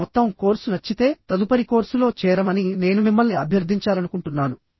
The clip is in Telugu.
మీకు మొత్తం కోర్సు నచ్చితే తదుపరి కోర్సులో చేరమని నేను మిమ్మల్ని అభ్యర్థించాలనుకుంటున్నాను